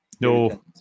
No